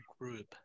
group